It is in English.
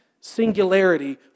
singularity